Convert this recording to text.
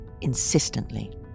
insistently